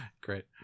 Great